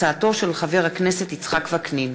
בהצעתם של חברי הכנסת יואל רזבוזוב,